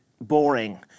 boring